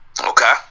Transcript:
okay